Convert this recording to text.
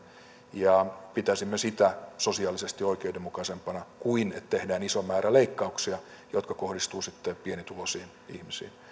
ja pitäisimme sitä sosiaalisesti oikeudenmukaisempana kuin sitä että tehdään iso määrä leikkauksia jotka kohdistuvat sitten pienituloisiin ihmisiin